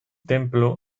templo